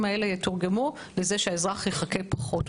האלה יתורגמו לזה שהאזרח יחכה פחות.